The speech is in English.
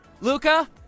Luca